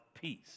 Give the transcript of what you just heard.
peace